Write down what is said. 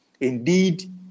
Indeed